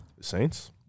Saints